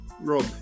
Rob